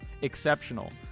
exceptional